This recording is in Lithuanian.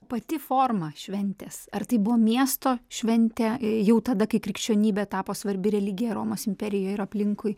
pati forma šventės ar tai buvo miesto šventė jau tada kai krikščionybė tapo svarbi religija romos imperijoj ir aplinkui